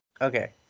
Okay